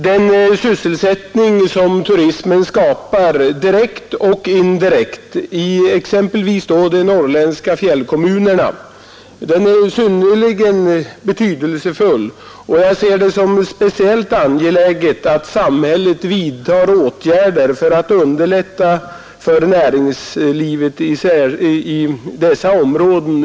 Den sysselsättning som turismen skapar direkt och indirekt exempelvis i de norrländska fjällkommunerna är synnerligen betydelsefull, och jag ser det som speciellt angeläget att samhället vidtar åtgärder för att stödja näringslivet i dessa områden.